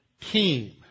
team